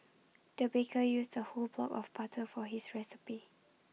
the baker used A whole block of butter for his recipe